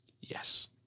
Yes